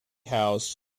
house